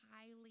highly